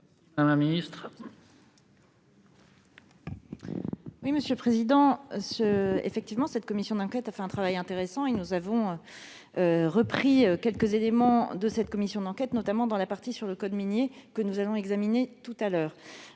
Madame la ministre,